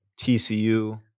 TCU